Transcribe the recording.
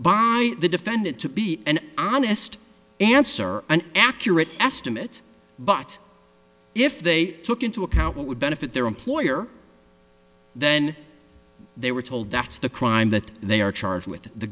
by the defendant to be an honest answer or an accurate estimate but if they took into account what would benefit their employer then they were told that's the crime that they are charged with the